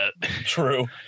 True